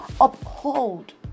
uphold